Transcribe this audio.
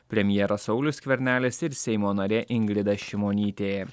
premjeras saulius skvernelis ir seimo narė ingrida šimonytė